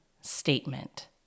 statement